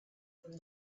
from